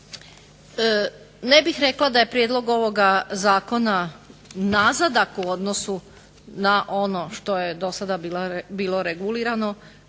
Ne bih rekla da je prijedlog ovog Zakona nazadak u odnosu na ono što je do sada bilo regulirano.